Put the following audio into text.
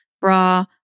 bra